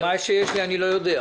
מה שיש לי אני לא יודע.